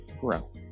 grow